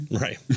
Right